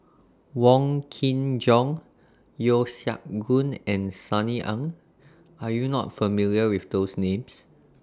Wong Kin Jong Yeo Siak Goon and Sunny Ang Are YOU not familiar with those Names